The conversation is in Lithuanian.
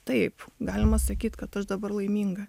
taip galima sakyt kad aš dabar laiminga